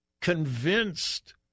convinced